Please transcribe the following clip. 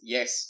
Yes